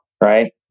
right